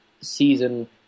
season